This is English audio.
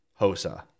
Hosa